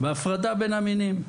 בהפרדה בין המינים.